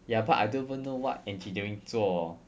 ya but I don't even know what engineering 做